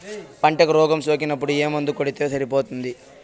పంటకు రోగం సోకినపుడు ఏ మందు కొడితే సరిపోతుంది?